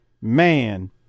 man